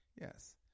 yes